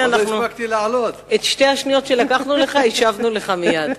את שתי השניות שלקחנו לך, השבנו לך מייד.